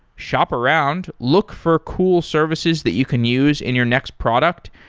shop around, look for cool services that you can use in your next product,